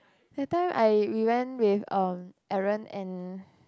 that time I we went with (um)Aaron and